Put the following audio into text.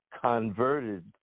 converted